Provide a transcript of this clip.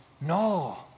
no